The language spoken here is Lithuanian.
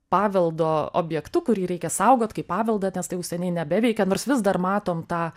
paveldo objektu kurį reikia saugot kaip paveldą nes tai jau seniai nebeveikia nors vis dar matom tą